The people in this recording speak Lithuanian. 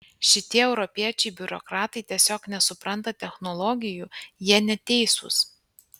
šitie europiečiai biurokratai tiesiog nesupranta technologijų jie neteisūs